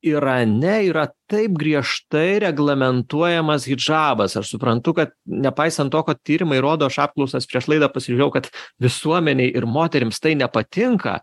irane yra taip griežtai reglamentuojamas hidžabas aš suprantu kad nepaisant to kad tyrimai rodo aš apklausas prieš laidą pasižiūrėjau kad visuomenei ir moterims tai nepatinka